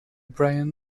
bryant